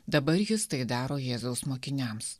dabar jis tai daro jėzaus mokiniams